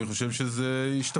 אני חושב שזה השתפר.